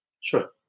Sure